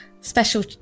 special